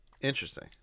Interesting